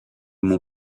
mon